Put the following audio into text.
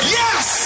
yes